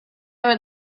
would